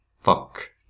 fuck